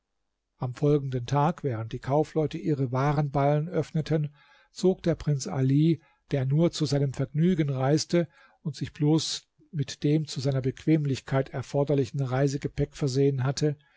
am folgenden tag während die kaufleute ihre warenballen öffneten zog der prinz ali der nur zu seinem vergnügen reiste und sich bloß mit dem zu seiner bequemlichkeit erforderlichen reisegepäck versehen hatte